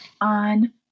on